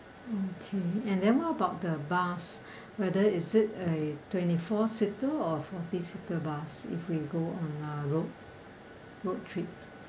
okay and then what about the bus whether is it a twenty four seater or forty seater bus if we go on uh road road trip